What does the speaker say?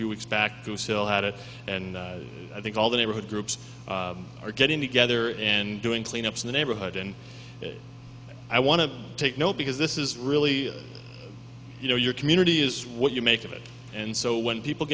few weeks back to still had it and i think all the neighborhood groups are getting together and doing cleanup in the neighborhood and i want to take note because this is really you know your community is what you make of it and so when people